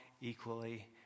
equally